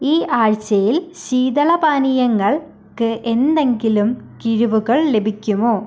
ഈ ആഴ്ചയിൽ ശീതള പാനീയങ്ങൾക്ക് എന്തെങ്കിലും കിഴിവുകൾ ലഭിക്കുമോ